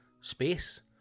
space